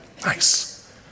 Nice